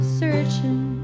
searching